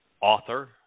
author